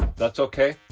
that's okay